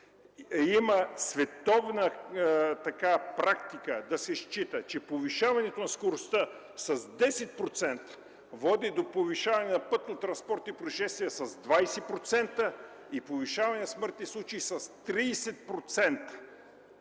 Има световна практика да се счита, че повишаването на скоростта с 10% води до повишаване на пътно-транспортни произшествия с 20% и повишаване на смъртните случаи с 30%.